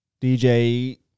DJ